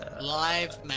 Live